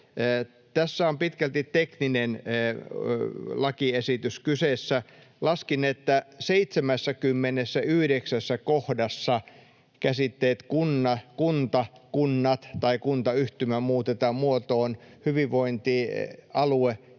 Tässä on pitkälti tekninen lakiesitys kyseessä. Laskin, että 79 kohdassa käsitteet ”kunta”, ”kunnat” tai ”kuntayhtymä” muutetaan muotoon ”hyvinvointialue”